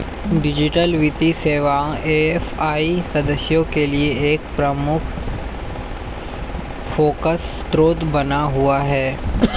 digital वित्तीय सेवाएं AFI सदस्यों के लिए एक प्रमुख फोकस क्षेत्र बना हुआ है